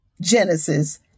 Genesis